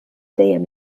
dejjem